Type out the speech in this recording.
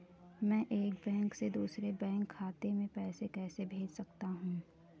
मैं एक बैंक से दूसरे बैंक खाते में पैसे कैसे भेज सकता हूँ?